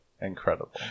Incredible